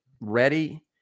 ready